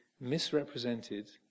misrepresented